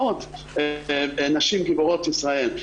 נשים גיבורות ישראל.